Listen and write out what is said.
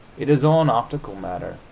it is all an optical matter,